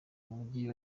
mujyi